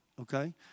okay